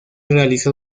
realizó